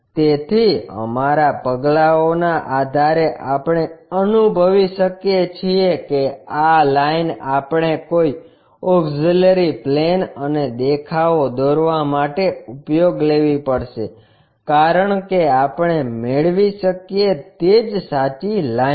તેથી અમારા પગલાઓના આધારે આપણે અનુભવી શકીએ છીએ કે આ લાઇન આપણે કોઈ ઓક્ષીલરી પ્લેન અને દેખાવો દોરવા માટે ઉપયોગ લેવી પડશે કારણ કે આપણે મેળવી શકીએ તે જ સાચી લાઇન છે